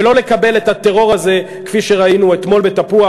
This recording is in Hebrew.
ולא לקבל את הטרור הזה שראינו אתמול בתפוח